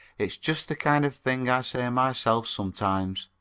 it's just the kind of thing i say myself sometimes.